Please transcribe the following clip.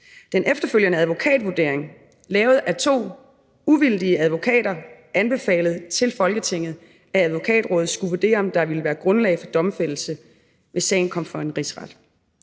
Den efterfølgende advokatvurdering, lavet af to uvildige advokater anbefalet til Folketinget af Advokatrådet, skulle vurdere, om der ville være grundlag for domfældelse, hvis sagen kom for en rigsret.